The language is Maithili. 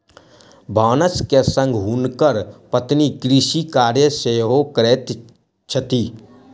भानस के संग हुनकर पत्नी कृषि कार्य सेहो करैत छथि